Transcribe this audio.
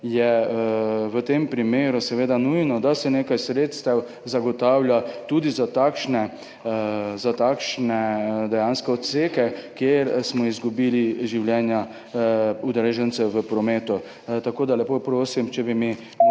je v tem primeru seveda nujno, da se nekaj sredstev zagotavlja tudi za takšne odseke, kjer smo izgubili življenja udeležencev v prometu. Lepo prosim, če bi mi